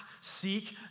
seek